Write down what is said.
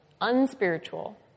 unspiritual